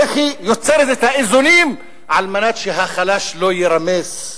איך היא יוצרת את האיזונים על מנת שהחלש לא יירמס,